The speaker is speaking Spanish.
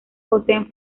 poseen